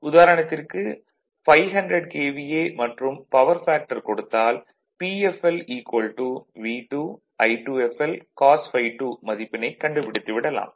உதாரணத்திற்கு 500 KVA மற்றும் power factor கொடுத்தால் Pfl V2 I2fl cos ∅2 மதிப்பினைக் கண்டுபிடித்து விடலாம்